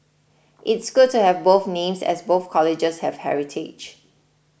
it's good to have both names as both colleges have heritage